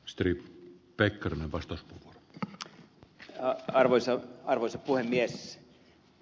osteri pekkarinen vasta kisojen arvoisia arvoisa puhemies